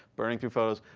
burning through photos.